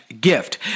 gift